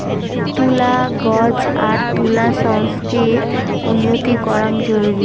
তুলা গছ আর তুলা সংস্কৃতিত উন্নতি করাং জরুরি